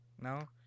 No